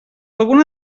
alguna